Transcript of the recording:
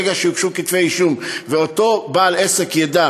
ברגע שיוגשו כתבי אישום ואותו בעל עסק ידע